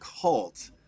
cult